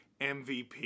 MVP